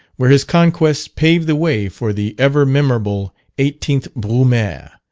where his conquests paved the way for the ever memorable eighteenth brumaire,